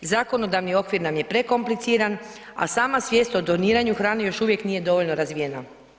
Zakonodavni okvir nam je prekompliciran, a sama svijest o doniranju hrane još uvijek nije dovoljno razvijena.